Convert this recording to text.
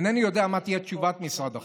אינני יודע מה תהיה תשובת משרד החינוך,